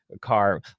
car